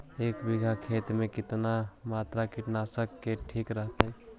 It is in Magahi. एक बीघा खेत में कितना मात्रा कीटनाशक के ठिक रहतय?